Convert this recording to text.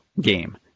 game